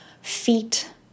feet